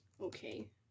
Okay